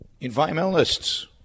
Environmentalists